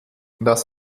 das